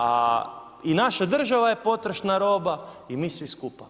A i naša država je potrošna roba i mi svi skupa.